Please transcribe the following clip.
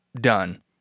done